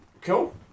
Cool